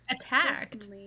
Attacked